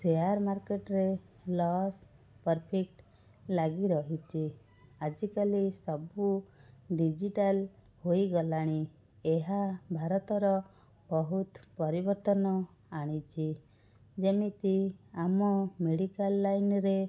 share ମାର୍କେଟରେ loss profit ଲାଗି ରହିଛି ଆଜିକାଲି ସବୁ ଡିଜିଟାଲ ହୋଇଗଲାଣି ଏହା ଭାରତର ବହୁତ ପରିବର୍ତ୍ତନ ଆଣିଛି ଯେମିତି ଆମ ମେଡ଼ିକାଲ ଲାଇନରେ